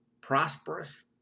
prosperous